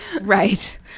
Right